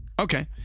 Okay